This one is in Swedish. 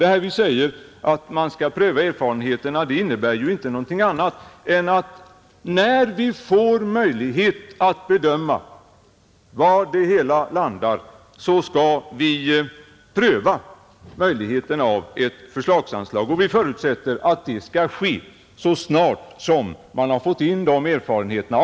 Då vi säger att man skall avvakta erfarenheterna innebär det inte någonting annat än att vi, när vi får tillfälle att bedöma hur stort det totala bidraget blir, skall pröva möjligheten av ett förslagsanslag, och vi förutsätter att det skall ske så snart man har fått de erfarenheterna.